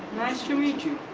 to meet you.